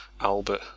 Albert